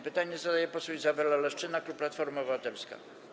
Pytanie zadaje poseł Izabela Leszczyna, klub Platforma Obywatelska.